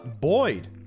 Boyd